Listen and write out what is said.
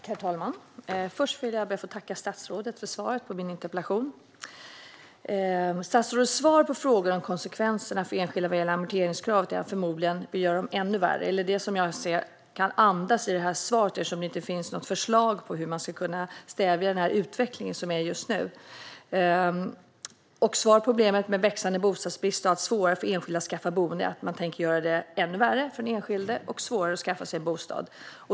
Herr talman! Först vill jag tacka statsrådet för svaret på min interpellation. Statsrådets svar på frågorna om konsekvenserna för enskilda vad gäller amorteringskravet är att han förmodligen vill göra dem än värre. Det är åtminstone den andemening jag läser i svaret, för det finns ju inga förslag om hur man ska kunna stävja utvecklingen. Svaret på problemet med växande bostadsbrist och att det blir allt svårare för enskilda att skaffa boende är att man tänker göra det ännu värre för den enskilde och svårare att skaffa en bostad.